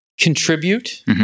contribute